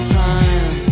time